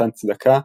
מתן צדקה,